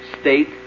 State